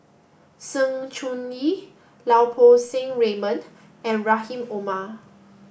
Sng Choon Yee Lau Poo Seng Raymond and Rahim Omar